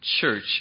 church